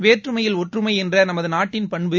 வேற்றுமையில் ஒற்றுமை என்ற நமது நாட்டின் பண்பு